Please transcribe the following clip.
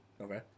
Okay